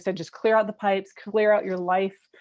so just clear out the pipes. clear out your life.